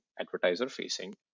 advertiser-facing